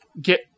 get